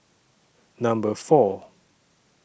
Number four